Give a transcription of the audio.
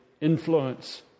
influence